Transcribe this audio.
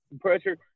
pressure